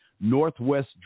Northwest